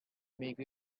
make